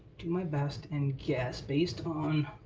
do my best and guess, based on